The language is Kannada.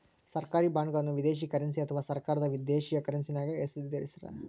ಸರ್ಕಾರಿ ಬಾಂಡ್ಗಳನ್ನು ವಿದೇಶಿ ಕರೆನ್ಸಿ ಅಥವಾ ಸರ್ಕಾರದ ದೇಶೀಯ ಕರೆನ್ಸ್ಯಾಗ ಹೆಸರಿಸ್ತಾರ